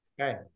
Okay